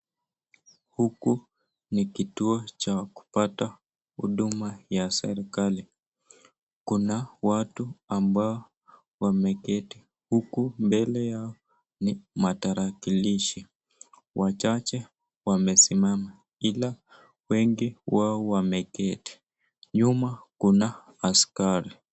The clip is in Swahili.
Huku ni kituo cha kupata huduma cha serikali, kuna watu ambao wameketi, huku mbele yao ni matarakilishi. Watu wachache wamesimama, ila wengi wao wameketi, nyuma kuna askari.